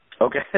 Okay